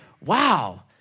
wow